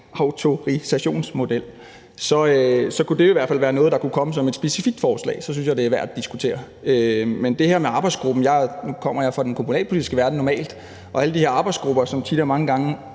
autorisationsmodel kunne det i hvert fald være noget, der kunne komme som et specifikt forslag; så synes jeg, det er værd at diskutere. Men i forhold til det her med en arbejdsgruppe vil jeg sige – nu kommer jeg fra den kommunalpolitiske verden – at alle de her arbejdsgrupper tit og mange gange